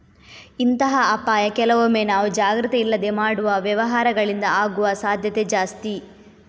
ಇಂತಹ ಅಪಾಯ ಕೆಲವೊಮ್ಮೆ ನಾವು ಜಾಗ್ರತೆ ಇಲ್ಲದೆ ಮಾಡುವ ವ್ಯವಹಾರಗಳಿಂದ ಆಗುವ ಸಾಧ್ಯತೆ ಜಾಸ್ತಿ